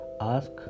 ask